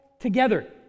Together